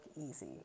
easy